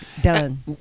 Done